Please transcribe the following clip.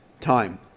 time